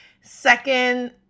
second